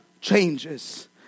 changes